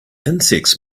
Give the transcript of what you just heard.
insects